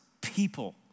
people